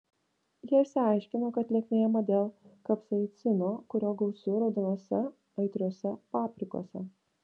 jie išsiaiškino kad lieknėjama dėl kapsaicino kurio gausu raudonose aitriosiose paprikose